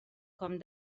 com